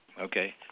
Okay